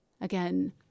Again